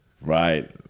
Right